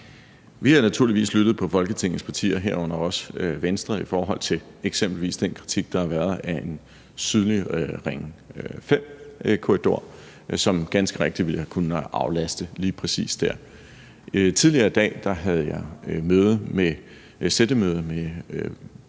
Vi har naturligvis lyttet til Folketingets partier, herunder også Venstre, i forhold til eksempelvis den kritik, der har været af en sydlig Ring 5-korridor, som ganske rigtigt ville have kunnet aflaste lige præcis dér. Tidligere i dag havde jeg sættemøde med